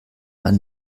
man